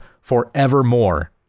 forevermore